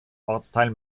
ortsteil